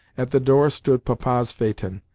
at the door stood papa's phaeton,